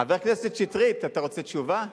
חבר הכנסת שטרית, אתה רוצה תשובה?